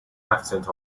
accent